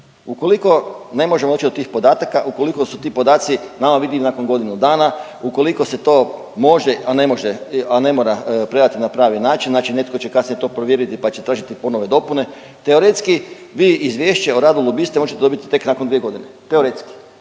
Ukoliko ne možemo doći do tih podataka, ukoliko su ti podaci nama vidljivi nakon godinu dana, ukoliko se to može, a ne može, a ne mora predati na pravi način, znači netko će kasnije to provjeriti, pa će tražiti ponovo dopune. Teoretski vi izvješće o radu lobista možete dobiti tek nakon 2.g., teoretski